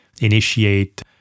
initiate